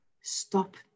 stop